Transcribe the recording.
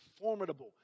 formidable